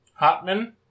hotman